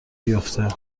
بیفته